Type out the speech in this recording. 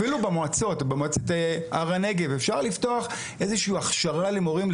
אפשר במועצת הר הנגב לפתוח איזה שהוא מקום להכשרה של מורים.